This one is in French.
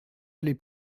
aller